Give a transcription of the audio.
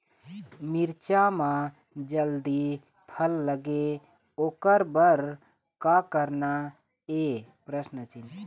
मिरचा म जल्दी फल लगे ओकर बर का करना ये?